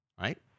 Right